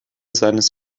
seines